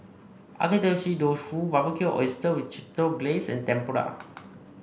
Agedashi Dofu Barbecued Oysters with Chipotle Glaze and Tempura